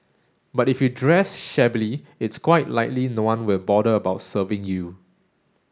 but if you dress shabbily it's quite likely no one will bother about serving you